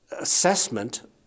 assessment